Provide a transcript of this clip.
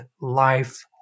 life